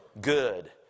Good